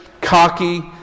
cocky